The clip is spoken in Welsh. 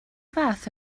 fath